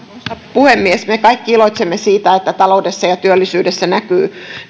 puhemies me kaikki iloitsemme siitä että taloudessa ja työllisyydessä näkyy